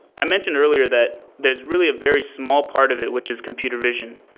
i mentioned earlier that there's really a very small part of it, which is computer vision,